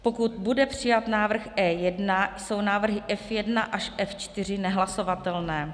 pokud bude přijat návrh E1, jsou návrhy F1 až F4 nehlasovatelné,